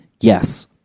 Yes